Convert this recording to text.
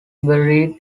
buried